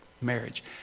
Marriage